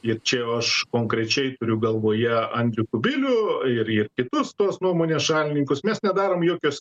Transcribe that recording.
ir čia jau aš konkrečiai turiu galvoje andrių kubilių ir ir kitus tos nuomonės šalininkus mes nedarom jokios